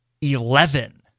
eleven